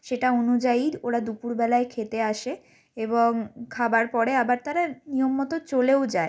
সেটা অনুযায়ীর ওরা দুপুরবেলায় খেতে আসে এবং খাবার পরে আবার তারা নিয়ম মতো চলেও যায়